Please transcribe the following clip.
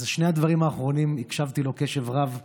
אז בשני הדברים האחרונים הקשבתי לו קשב רב,